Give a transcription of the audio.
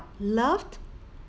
loved